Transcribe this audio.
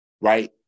right